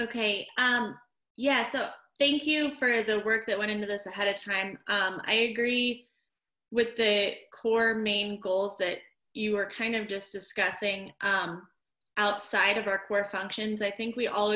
okay um yeah so thank you for the work that went into this ahead of time i agree with the core main goals that you are kind of just discussing outside of our core functions i think we all